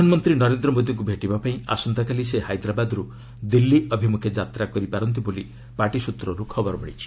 ପ୍ରଧାନମନ୍ତ୍ରୀ ନରେନ୍ଦ୍ର ମୋଦିଙ୍କୁ ଭେଟିବା ପାଇଁ ଆସନ୍ତାକାଲି ସେ ହାଇଦ୍ରାବାଦ୍ରୁ ଦିଲ୍ଲୀ ଅଭିମୁଖେ ଯାତ୍ରା କରିପାରନ୍ତି ବୋଲି ପାର୍ଟି ସ୍ୱତ୍ରରୁ ଖବର ମିଳିଛି